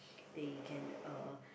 they can uh